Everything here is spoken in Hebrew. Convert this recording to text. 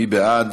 מי בעד?